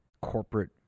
corporate